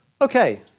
okay